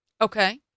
Okay